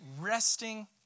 resting